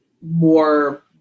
more